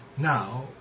Now